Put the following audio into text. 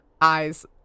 eyes